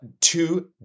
Two